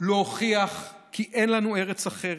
להוכיח כי אין לנו ארץ אחרת,